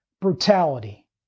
brutality